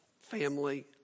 family